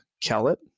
Kellett